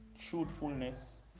truthfulness